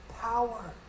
power